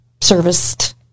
serviced